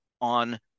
on